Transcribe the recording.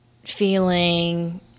feeling